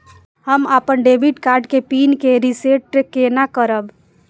हम अपन debit card के पिन के रीसेट केना करब?